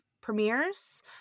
premieres